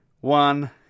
one